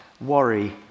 worry